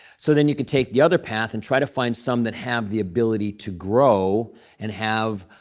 so then you could take the other path and try to find some that have the ability to grow and have,